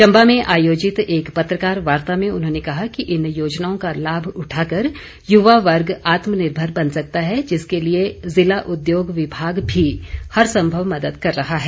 चंबा में आयोजित एक पत्रकार वार्ता में उन्होंने कहा कि इन योजनाओं का लाभ उठाकर युवा वर्ग आत्मनिर्भर बन सकता है जिसके लिए जिला उद्योग विभाग भी हर संभव मदद कर रहा है